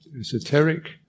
esoteric